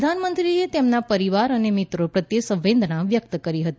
પ્રધાનમંત્રી એ તેમના પરિવાર અને મિત્રો પ્રત્યે સંવેદના વ્યક્ત કરી હતી